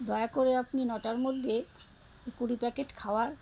দয়া করে আপনি নটার মধ্যে কুড়ি প্যাকেট খাবার